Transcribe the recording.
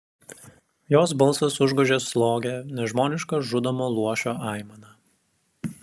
jos balsas užgožė slogią nežmonišką žudomo luošio aimaną